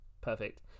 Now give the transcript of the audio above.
perfect